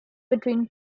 between